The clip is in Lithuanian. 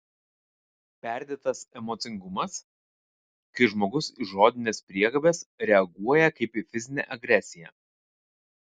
perdėtas emocingumas kai žmogus į žodines priekabes reaguoja kaip į fizinę agresiją